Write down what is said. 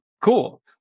Cool